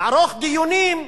לערוך דיונים,